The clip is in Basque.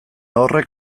horrek